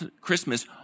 Christmas